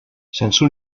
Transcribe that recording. sense